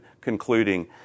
concluding